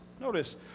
Notice